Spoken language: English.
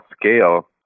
scale